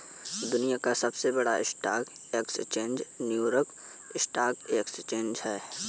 दुनिया का सबसे बड़ा stock exchange New York stock exchange है